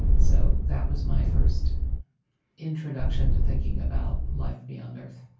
so that was my first introduction to thinking about life beyond earth